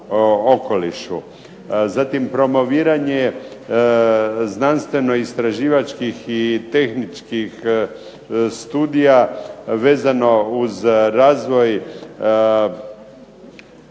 Zatim promoviranje znanstvenoistraživačkih i tehničkih studija vezano uz razvoj